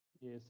Yes